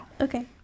okay